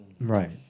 Right